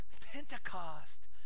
Pentecost